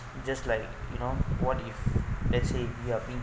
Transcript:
just like you know what if let's say you are being